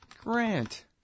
Grant